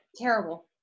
terrible